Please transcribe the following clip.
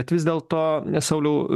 bet vis dėlto sauliau